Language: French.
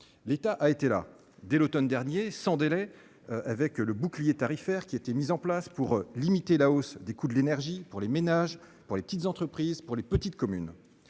L'État a été là. Dès l'automne dernier, sans délai, le bouclier tarifaire était mis en place pour limiter la hausse des coûts de l'énergie pour les ménages, les petites entreprises et les petites communes.